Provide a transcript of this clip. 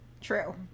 True